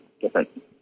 different